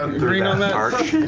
ah through yeah that arch?